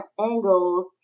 angles